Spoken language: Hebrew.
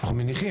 אנחנו מניחים,